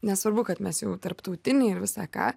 nesvarbu kad mes jau tarptautiniai ir visa ką